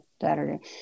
Saturday